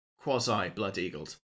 quasi-blood-eagled